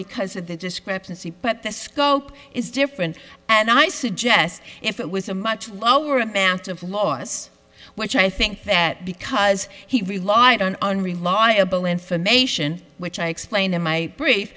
because of the discrepancy but the scope is different and i suggest if it was a much lower advance of laws which i think that because he relied on unreliable information which i explained in my brief